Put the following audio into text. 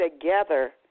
together